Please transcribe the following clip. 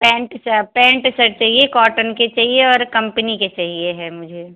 pant सप pant shirt चाहिए cotton का चाहिए और कम्पनी के चाहिए है मुझे